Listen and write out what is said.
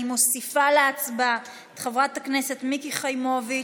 אני מוסיפה להצבעה את חברת הכנסת מיקי חיימוביץ',